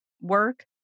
work